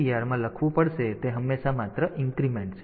તેથી તમારે DPTR માં લખવું પડશે તે હંમેશા માત્ર ઇન્ક્રીમેન્ટ છે